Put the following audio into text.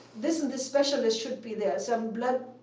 this and this specialist should be there, some blood,